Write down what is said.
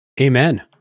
Amen